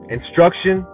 Instruction